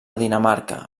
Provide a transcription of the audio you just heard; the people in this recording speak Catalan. dinamarca